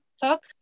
talk